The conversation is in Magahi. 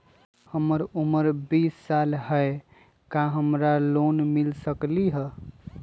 हमर उमर बीस साल हाय का हमरा लोन मिल सकली ह?